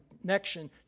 connection